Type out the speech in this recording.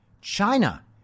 China